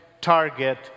target